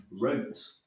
wrote